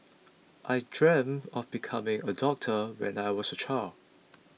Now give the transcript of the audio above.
I dreamt of becoming a doctor when I was a child